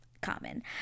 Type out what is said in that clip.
common